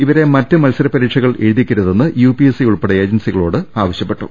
ഇവരെ മറ്റു മത്സരപരീക്ഷകൾ എഴുതിക്കരുതെന്ന് യുപിഎസ്സി ഉൾപ്പെടെ ഏജൻസികളോട് ആവശ്യപ്പെട്ടു